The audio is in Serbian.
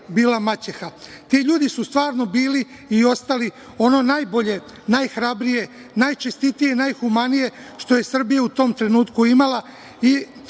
bila maćeha. Ti ljudi su stvarno bili i ostali ono najbolje, najhrabrije, najčestitije i najhumanije što je Srbija u tom trenutku imala